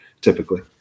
typically